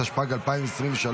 התשפ"ג 2023,